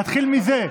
תתחיל מזה.